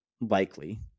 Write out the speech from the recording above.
likely